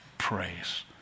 praise